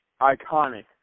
iconic